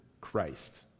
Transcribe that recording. Christ